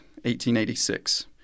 1886